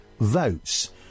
votes